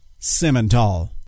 Simmental